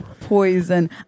poison